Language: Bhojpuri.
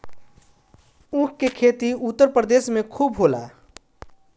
ऊख के खेती उत्तर प्रदेश में खूब होला